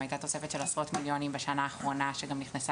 הייתה תוספת של עשרות מיליונים בשנה האחרונה שגם נכנסה